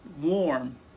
Warm